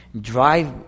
drive